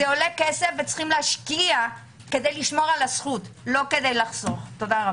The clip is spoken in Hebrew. זה עולה כסף ויש להשקיע כדי לשמור על הזכות לא כדי לחסוך תודה.